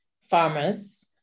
farmers